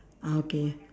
ah okay